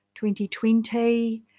2020